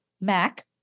Mac